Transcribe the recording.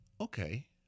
Okay